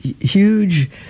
huge